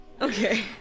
Okay